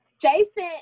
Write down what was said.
Jason